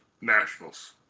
nationals